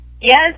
Yes